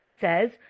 says